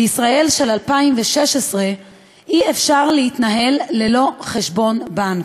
בישראל של 2016 אי-אפשר להתנהל ללא חשבון בנק.